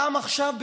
גם עכשיו,